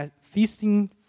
feasting